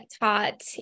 taught